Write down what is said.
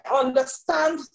understand